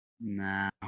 Nah